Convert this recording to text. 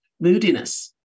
moodiness